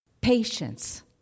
patience